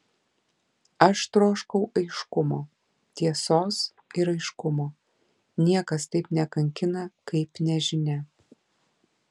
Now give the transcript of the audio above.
aš troškau aiškumo tiesos ir aiškumo niekas taip nekankina kaip nežinia